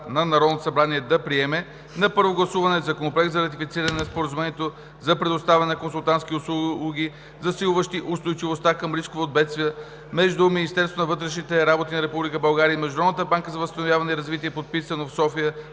на Народното събрание да приеме на първо гласуване Законопроект за ратифициране на Споразумението за предоставяне на консултантски услуги, засилващи устойчивостта към рискове от бедствия, между Министерството на вътрешните работи на Република България и Международната банка за възстановяване и развитие, подписано в София